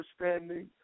understanding